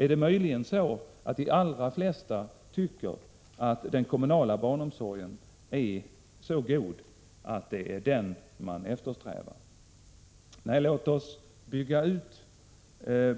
Är det möjligen därför att de allra flesta tycker att den kommunala barnomsorgen är så god att det är den man eftersträvar? Låt oss bygga ut